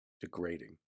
degrading